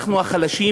אנחנו החלשים?